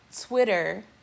Twitter